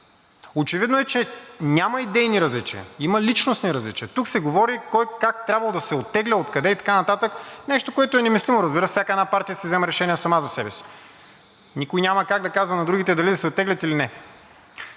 Очевидно е, че няма идейни различия. Има личностни различия. Тук се говори кой как трябвало да се оттегля, откъде и така нататък, нещо, което е немислимо, разбира се, всяка една партия си взема решения сама за себе си. Никой няма как да казва на другите дали да се оттеглят или не.